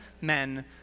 men